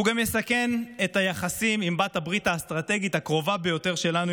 הוא גם יסכן את היחסים עם בעלת הברית האסטרטגית הקרובה ביותר שלנו,